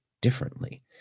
differently